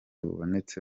bubonetse